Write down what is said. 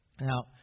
Now